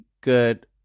good